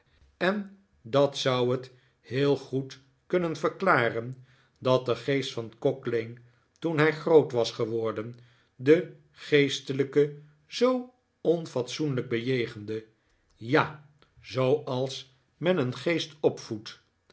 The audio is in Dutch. en dat zou het heel goed kunnen verklaren dat de geest van cocklane toen hij groot was geworden den geestelijke zoo onfatsoenlijk bejegende ja zooals men een geest opvoedt